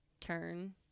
turn